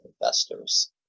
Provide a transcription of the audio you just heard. investors